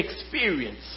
experience